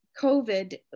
covid